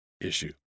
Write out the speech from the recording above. issue